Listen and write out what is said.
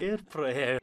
ir praėjo